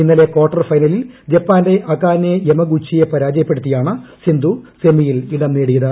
ഇന്നലെ കാർട്ടർ ഫൈനലിൽ ജപ്പാന്റെ അകാനെ യമഗുച്ചിയെ പരാജയപ്പെടുത്തിയാണ് സിന്ധു സെമിയിൽ ഇടം നേടിയത്